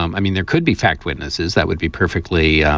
um i mean, there could be fact witnesses that would be perfectly